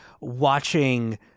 watching